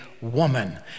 woman